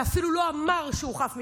ואפילו לא אמר שהוא חף מפשע.